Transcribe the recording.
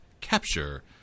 Capture